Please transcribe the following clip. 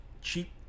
cheap